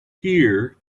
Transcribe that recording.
here